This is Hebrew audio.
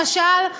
למשל,